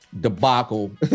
debacle